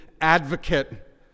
advocate